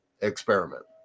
experiment